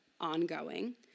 ongoing